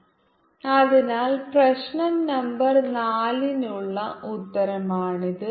M0 B0 അതിനാൽ പ്രശ്നo number 4 നുള്ള ഉത്തരമാണിത്